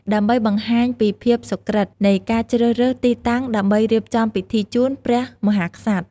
ដើម្បីបង្ហាញពីភាពសុក្រឹត នៃការជ្រើសរើសទីតាំងដើម្បីរៀបចំពិធីជូន ព្រះមហាក្សត្រ។